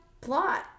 plot